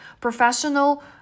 professional